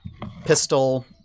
pistol